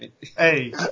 Hey